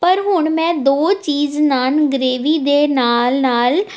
ਪਰ ਹੁਣ ਮੈਂ ਦੋ ਚੀਜ ਨਾਨ ਗ੍ਰੇਵੀ ਦੇ ਨਾਲ਼ ਨਾਲ਼